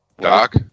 Doc